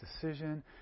decision